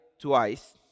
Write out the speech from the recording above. twice